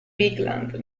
bigland